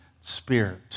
spirit